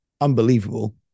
Unbelievable